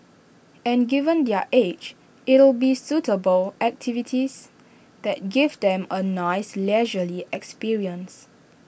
and given their age it'll be suitable activities that give them A nice leisurely experience